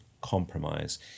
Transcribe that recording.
compromise